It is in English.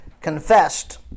confessed